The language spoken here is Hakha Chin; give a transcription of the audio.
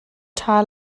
ṭha